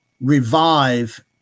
revive